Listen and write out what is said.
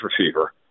receiver